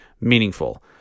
meaningful